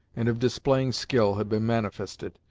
and of displaying skill had been manifested,